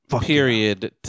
Period